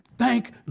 thank